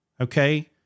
Okay